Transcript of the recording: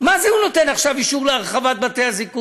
מה זה, הוא נותן עכשיו אישור להרחבת בתי-הזיקוק?